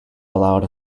allowed